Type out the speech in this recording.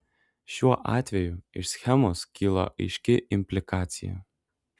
šiuo atveju iš schemos kyla aiški implikacija